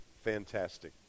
fantastic